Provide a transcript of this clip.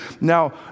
Now